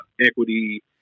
equity